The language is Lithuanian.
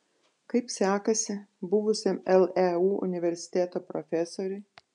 kaip sekasi buvusiam leu universiteto profesoriui